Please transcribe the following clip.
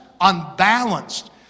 unbalanced